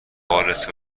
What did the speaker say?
بالت